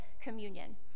communion